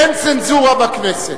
אין צנזורה בכנסת.